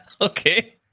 okay